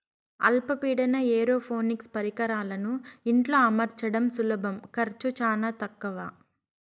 అల్ప పీడన ఏరోపోనిక్స్ పరికరాలను ఇంట్లో అమర్చడం సులభం ఖర్చు చానా తక్కవ